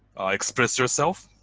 express yourself.